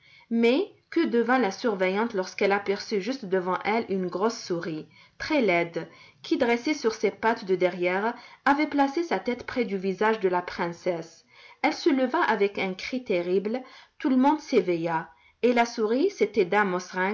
mais que devint la surveillante lorsqu'elle aperçut juste devant elle une grosse souris très laide qui dressée sur ses pattes de derrière avait placé sa tête près du visage de la princesse elle se leva avec un cri terrible tout le monde s'éveilla et la souris